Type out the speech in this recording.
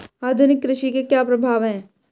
आधुनिक कृषि के क्या प्रभाव हैं?